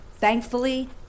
thankfully